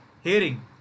hearing